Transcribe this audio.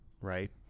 right